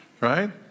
right